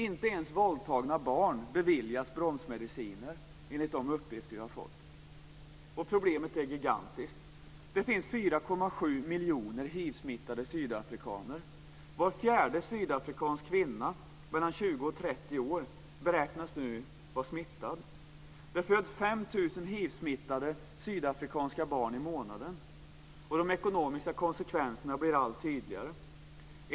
Inte ens våldtagna barn beviljas bromsmediciner enligt de uppgifter vi har fått. Problemet är gigantiskt. Det finns 4,7 miljoner hivsmittade sydafrikaner. Var fjärde sydafrikansk kvinna mellan 20 och 30 år beräknas nu vara smittad. Det föds 5 000 hivsmittade sydafrikanska barn i månaden, och de ekonomiska konsekvenserna blir allt tydligare.